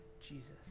Jesus